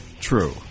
True